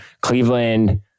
Cleveland